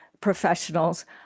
professionals